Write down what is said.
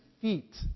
feet